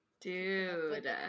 Dude